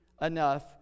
enough